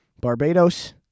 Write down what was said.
Barbados